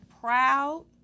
proud